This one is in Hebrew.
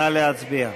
נא להצביע.